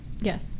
Yes